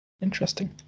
Interesting